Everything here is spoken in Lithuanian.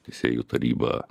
teisėjų taryba